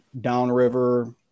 downriver